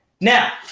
Now